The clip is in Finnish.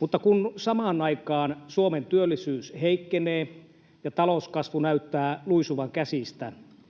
mutta kun samaan aikaan Suomen työllisyys heikkenee ja talouskasvu näyttää luisuvan käsistä,